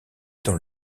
dans